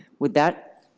would that